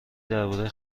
درباره